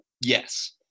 Yes